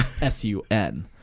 S-U-N